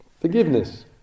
forgiveness